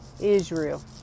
Israel